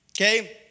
okay